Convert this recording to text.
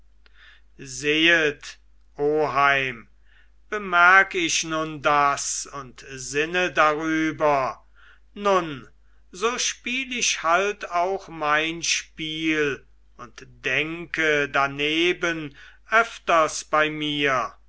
sehet oheim bemerk ich nun das und sinne darüber nun so spiel ich halt auch mein spiel und denke daneben öfters bei mir